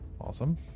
Awesome